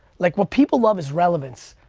like what people love is relevance,